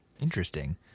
interesting